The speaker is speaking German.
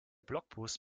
blogpost